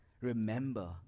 Remember